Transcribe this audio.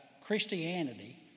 Christianity